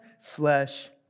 flesh